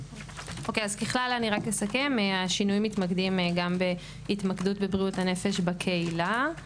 ככלל אסכם השינויים מתמקדים גם בהתמקדות בבריאות הנפש בקהילה,